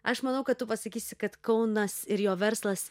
aš manau kad tu pasakysi kad kaunas ir jo verslas